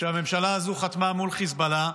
שהממשלה הזו חתמה מול חיזבאללה,